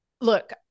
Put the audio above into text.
look